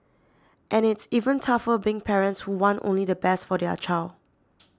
and it's even tougher being parents who want only the best for their child